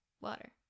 water